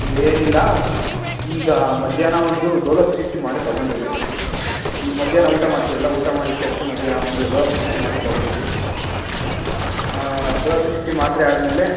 ಏನಿಲ್ಲ ಈಗ ಮಧ್ಯಾಹ್ನ ಒಂದು ಡೊಲೋ ಫಿಫ್ಟಿ ಮಾತ್ರೆ ತೊಗೊಂಡಿರಿ ಈಗ ಮಧ್ಯಾಹ್ನ ಊಟ ಮಾಡ್ತೀರಲ್ಲ ಊಟ ಮಾಡಿದ ತಕ್ಷಣ ಮಧ್ಯಾಹ್ನ ಒಂದು ಡೊಲೋ ಸಿಕ್ಸ್ ಫಿಫ್ಟಿ ಮಾತ್ರೆ ತೊಗೊಂಡಿರಿ ಡೊಲೋ ಸಿಕ್ಸ್ ಫಿಫ್ಟಿ ಮಾತ್ರೆ ಆದಮೇಲೆ